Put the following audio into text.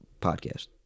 podcast